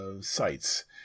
sites